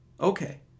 Okay